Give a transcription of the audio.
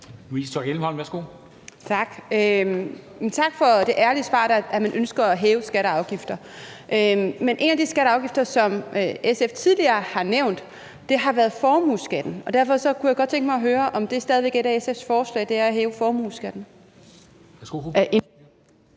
Tak for det ærlige svar om, at man ønsker at hæve skatter og afgifter. En af de skatter og afgifter, som SF tidligere har nævnt, er formueskatten, og derfor kunne jeg godt tænke mig at høre, om det stadig væk er et af SF's forslag at hæve formueskatten.